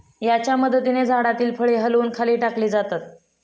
याच्या मदतीने झाडातील फळे हलवून खाली टाकली जातात